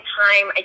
time